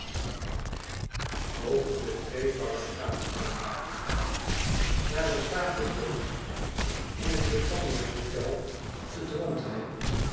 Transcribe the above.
na de table dhôte in het brittania hotel te drontheim